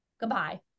goodbye